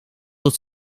het